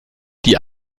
die